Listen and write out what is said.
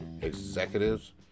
executives